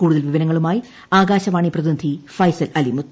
കൂടുതൽ വിവരങ്ങളുമായി ആകാൾവാണി പ്രതിനിധി ഫൈസൽ അലിമുത്ത്